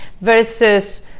versus